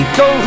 go